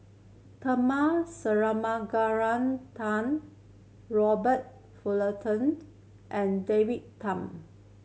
Tharman Shanmugaratnam Robert Fullertoned and David Tham